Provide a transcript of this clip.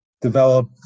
develop